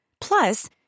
Plus